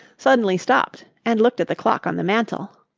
suddenly stopped and looked at the clock on the mantel.